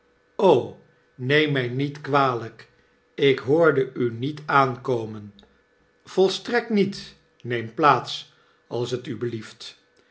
neem mjj niet kwalp ik hoorde uniet aankomen b volstrekt niet i neem plaats als t u blieft